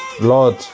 Lord